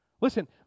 Listen